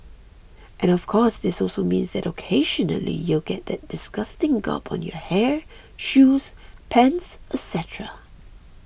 and of course this also means that occasionally you'll get that disgusting gob on your hair shoes pants et cetera